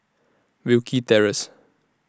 Wilkie Terrace